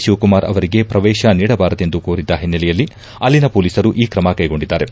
ಶಿವಕುಮಾರ್ ಅವರಿಗೆ ಪ್ರವೇಶ ನೀಡಬಾರದೆಂದು ಕೋರಿದ್ದ ಹಿನ್ನೆಲೆಯಲ್ಲಿ ಅಲ್ಲಿನ ಪೊಲೀಸರು ಈ ಕ್ರಮ ಕೈಗೊಂಡಿದ್ದಾರೆ